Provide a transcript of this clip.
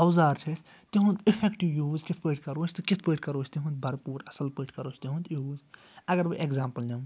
اَوزار چھِ اَسہِ تِہُنٛد اِفیٚکٹِو یوٗز کِتھ پٲٹھۍ کرو أسۍ تہٕ کِتھ پٲٹھۍ کرو أسۍ تِہُنٛد بھرپوٗر اَصٕل پٲٹھۍ کرو أسۍ تِہُنٛد یوٗز اگر بہٕ ایٚگزامپل نِمہٕ